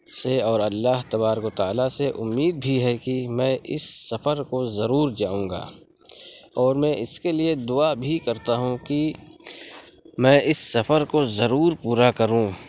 سے اور اللہ تبارک و تعالی سے اُمید بھی ہے کہ میں اِس سفر کو ضرور جاؤں گا اور میں اِس کے لیے دُعا بھی کرتا ہوں کہ میں اِس سفر کو ضرور پورا کروں